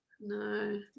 No